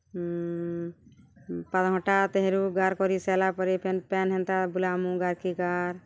ପାତଲ୍ଘଟା ତେହେରୁ ଗାର୍ କରି ସାର୍ଲା ପରେ ଫେନ୍ ପେନ୍ ହେନ୍ତା ବୁଲାମୁୁ ଗାର୍ କେ ଗାର୍